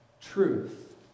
truth